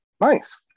Nice